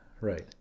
right